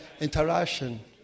interaction